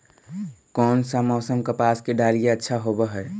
कोन सा मोसम कपास के डालीय अच्छा होबहय?